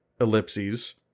ellipses